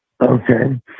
Okay